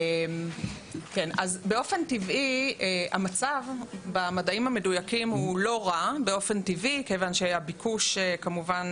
באופן טבעי המצב במדעים המדויקים הוא לא רע כיוון שהביקוש כמובן